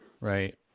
Right